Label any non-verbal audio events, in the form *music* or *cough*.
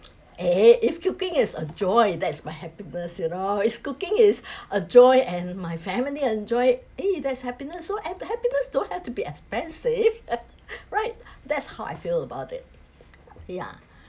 is a joy that's my happiness you know if cooking is *breath* a joy and my family enjoy it eh there is happiness so hap~ happiness don't have to be expensive *laughs* right that's how I feel about it yeah